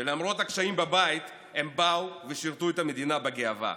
שלמרות הקשיים בבית הם באו ושירתו את המדינה בגאווה.